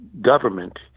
government